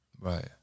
Right